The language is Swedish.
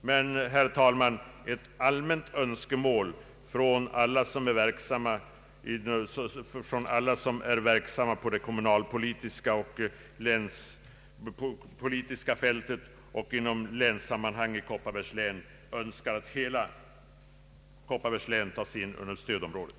Men, herr talman, inom Kopparbergs län råder en entydig uppfattning att hela länet bör tas in under stödområdet.